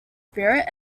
spirit